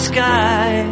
sky